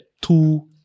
two